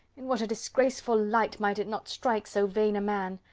in what a disgraceful light might it not strike so vain a man!